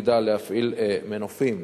שתפקידה להפעיל מנופים